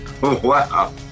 Wow